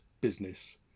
business